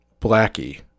blackie